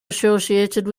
associated